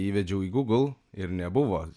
įvedžiau į google ir nebuvo